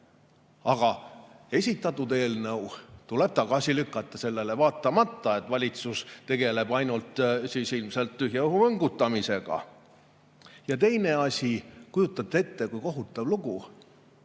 Aga esitatud eelnõu tuleb tagasi lükata sellele vaatamata, et valitsus tegeleb ilmselt ainult [tühipalja] õhuvõngutamisega. Ja teine asi: kujutate ette, kui kohutav lugu!